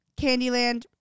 Candyland